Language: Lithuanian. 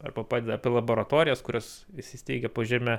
arba padeda apie laboratorijas kurios įsisteigę po žeme